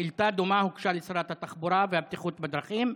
שאילתה דומה הוגשה לשרת התחבורה והבטיחות בדרכים.